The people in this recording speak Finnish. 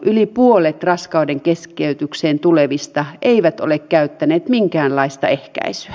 yli puolet raskaudenkeskeytykseen tulevista ei ole käyttänyt minkäänlaista ehkäisyä